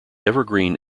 evergreen